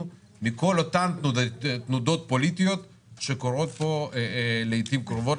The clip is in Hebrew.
מכל אותן תנודות פוליטיות שקורות פה לעתים קרובות,